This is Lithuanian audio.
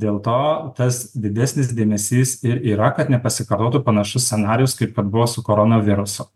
dėl to tas didesnis dėmesys ir yra kad nepasikartotų panašus scenarijus kaip kad buvo su koronavirusu